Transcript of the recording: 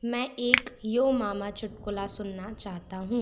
मैं एक yo mama चुटकुला सुनना चाहता हूँ